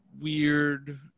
weird